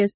S